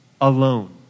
alone